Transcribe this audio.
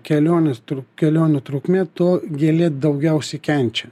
kelionės turp kelionių trukmė tuo gėlė daugiausiai kenčia